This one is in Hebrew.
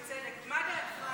ובצדק, מה דעתך